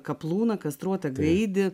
kapluna kastruotą gaidį